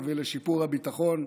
תביא לשיפור הביטחון,